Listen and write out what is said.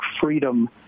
freedom